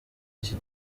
iki